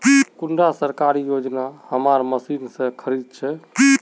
कुंडा सरकारी योजना हमार मशीन से खरीद छै?